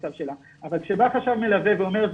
אבל כשבא חשב מלווה ואומר,